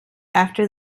after